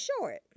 short